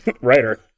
writer